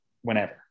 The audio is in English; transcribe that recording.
whenever